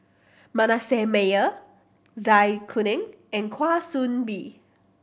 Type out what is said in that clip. Manasseh Meyer Zai Kuning and Kwa Soon Bee